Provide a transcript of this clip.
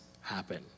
happen